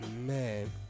Man